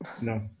No